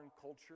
culture